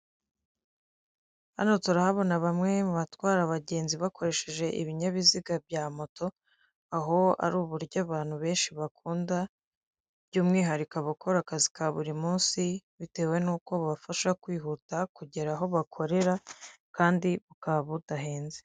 Hano turahabona bamwe mu batwara abagenzi bakoresheje ibinyabiziga bya moto, aho ari uburyo abantu benshi bakunda by'umwihariko abakora akazi ka buri munsi, butewe nuko bubafasha kwihuta kugera aho bakorera kandi bukaba budahenze.